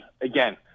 again